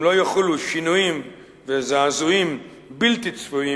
אם לא יחולו שינויים וזעזועים בלתי צפויים